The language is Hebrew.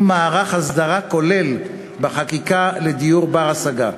מערך הסדרה כולל בחקיקה לדיור בר-השגה.